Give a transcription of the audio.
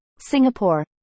Singapore